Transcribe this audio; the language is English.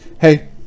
Hey